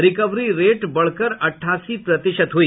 recovery rate बढ़कर अट्ठासी प्रतिशत हुई